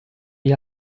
gli